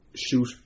shoot